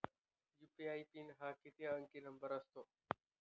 UPI PIN हा किती अंकी नंबर असतो?